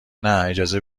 نه، اجازه